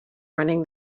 running